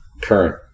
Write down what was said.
current